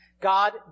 God